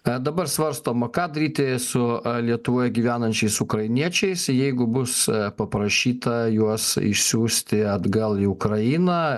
ką dabar svarstoma ką daryti su lietuvoje gyvenančiais ukrainiečiais jeigu bus paprašyta juos išsiųsti atgal į ukrainą